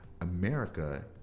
America